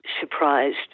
surprised